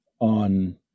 on